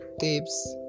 tips